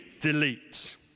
delete